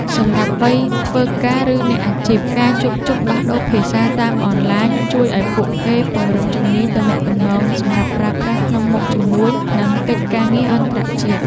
សម្រាប់វ័យធ្វើការ ឬអ្នកអាជីព ការជួបជុំដោះដូរភាសាតាមអនឡាញជួយឱ្យពួកគេពង្រឹងជំនាញទំនាក់ទំនងសម្រាប់ប្រើប្រាស់ក្នុងមុខជំនួញ និងកិច្ចការងារអន្តរជាតិ។